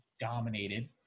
Dominated